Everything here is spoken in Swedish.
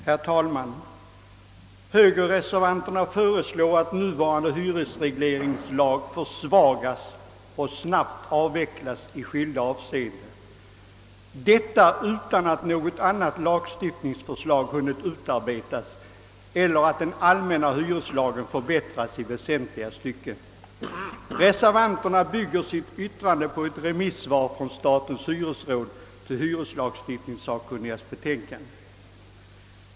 Herr talman! Högerreservanterna föreslår att nuvarande hyresregleringslag försvagas och snabbt avvecklas i skilda avseenden, detta utan att något annat lagstiftningsförslag har hunnit utarbetas eller att den allmänna hyreslagen förbättrats i väsentliga stycken. Reservanterna bygger sitt uttalande på ett remissvar från statens hyresråd till hyreslagstiftningssakkunnigas betänkande.